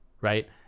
right